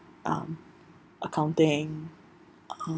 um accounting um